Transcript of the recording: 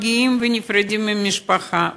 ונפרדים מהמשפחה,